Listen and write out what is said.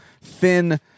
Thin